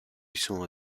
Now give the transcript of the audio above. sono